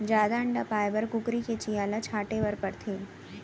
जादा अंडा पाए बर कुकरी के चियां ल छांटे बर परथे